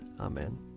Amen